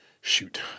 shoot